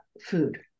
food